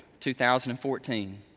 2014